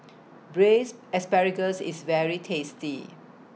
Braised Asparagus IS very tasty